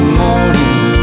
morning